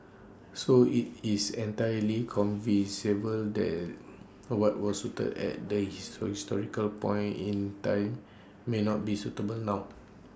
so IT is entirely the what was suit at that he historical point in time may not be suitable now